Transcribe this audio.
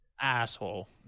asshole